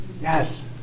Yes